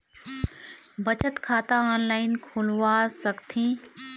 बचत खाता ऑनलाइन खोलवा सकथें?